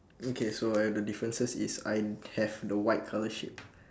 okay so I have the differences is I have the white colour sheep